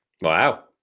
Wow